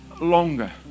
longer